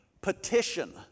petition